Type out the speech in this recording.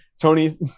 Tony